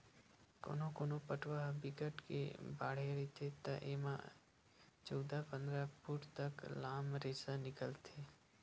कोनो कोनो पटवा ह बिकट के बाड़हे रहिथे त एमा चउदा, पंदरा फूट तक लाम रेसा निकलथे